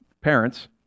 parents